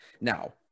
Now